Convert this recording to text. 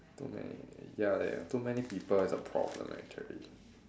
too many ya ya too many people is a problem actually